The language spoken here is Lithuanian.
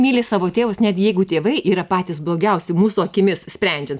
myli savo tėvus net jeigu tėvai yra patys blogiausi mūsų akimis sprendžiant